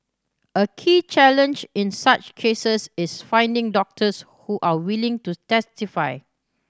a key challenge in such cases is finding doctors who are willing to testify